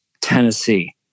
Tennessee